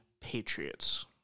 Patriots